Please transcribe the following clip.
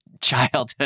childhood